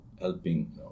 helping